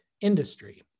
industry